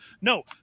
No